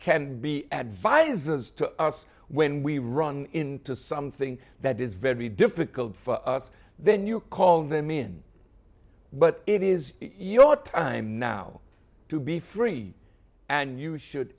can be advisers to us when we run into something that is very difficult for us then you call them in but it is your time now to be free and you should